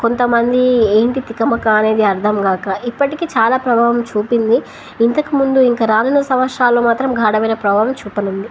కొంతమంది ఏంటి తికమక అనేది అర్థం కాక ఇప్పటికీ చాలా ప్రభావం చూపింది ఇంతకుముందు ఇంకా రాాలన సంవత్సరాల్లో మాత్రం గాఢమైన ప్రభావం చూపనుంది